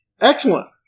Excellent